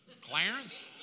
Clarence